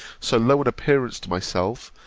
so low an appearance to myself,